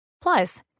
Plus